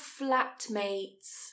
flatmates